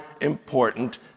important